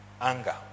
anger